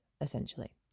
essentially